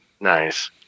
Nice